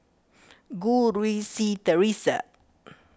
Goh Rui Si theresa